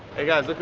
hey guys look who